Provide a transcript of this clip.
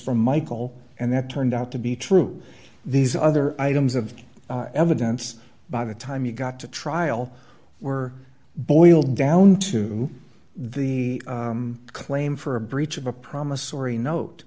from michael and that turned out to be true these other items of evidence by the time you got to trial were boiled down to the claim for a breach of a promissory note